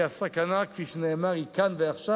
כי הסכנה, כפי שנאמר, היא כאן ועכשיו.